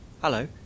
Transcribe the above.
Hello